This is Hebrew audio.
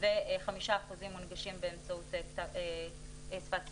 ו-5% מונגשים באמצעות שפת סימנים.